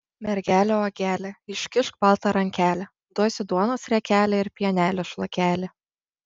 mergele uogele iškišk baltą rankelę duosiu duonos riekelę ir pienelio šlakelį